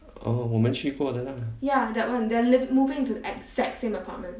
oh 我们去过的 lah